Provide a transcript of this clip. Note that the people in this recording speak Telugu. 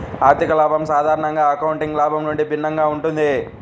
ఆర్థిక లాభం సాధారణంగా అకౌంటింగ్ లాభం నుండి భిన్నంగా ఉంటుంది